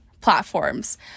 platforms